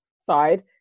side